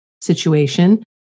Situation